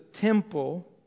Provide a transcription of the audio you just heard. temple